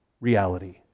reality